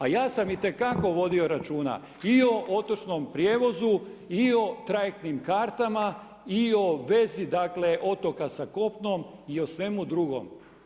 A ja sam itekako vodio računa, i o otočnom prijevozu i o trajektnim kartama i o vezi otoka sa kopnom i o svemu drugom.